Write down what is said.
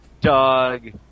dog